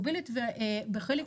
זה נכון